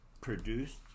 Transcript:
produced